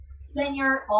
senior